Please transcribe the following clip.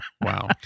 Wow